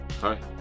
Hi